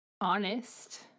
honest